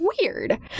weird